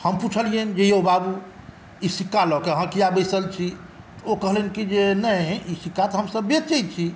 हम पुछलियनि जे यौ बाबु ई सिक्का लए कऽ अहाँ किया बैसल छी ओ कहलनि कि जे नहि एकरा तऽ हमसभ बेचै छी